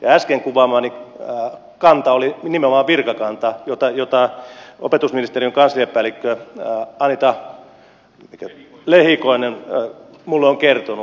äsken kuvaamani kanta oli nimenomaan virkakanta jota opetusministeriön kansliapäällikkö anita lehikoinen minulle on kertonut